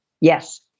Yes